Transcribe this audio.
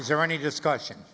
is there any discussion